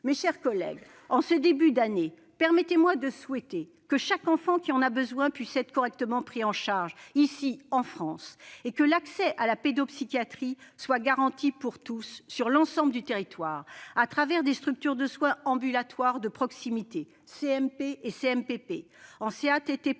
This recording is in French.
Mes chers collègues, en ce début d'année, permettez-moi de souhaiter que chaque enfant qui en a besoin puisse être correctement pris en charge, ici, en France, et que l'accès à la pédopsychiatrie soit garanti pour tous sur l'ensemble du territoire, dans des structures de soins ambulatoires de proximité, en CMP, en CMPP, en CATTP-